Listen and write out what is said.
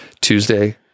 Tuesday